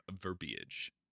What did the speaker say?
verbiage